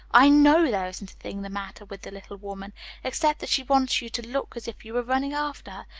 i know there isn't a thing the matter with the little woman except that she wants you to look as if you were running after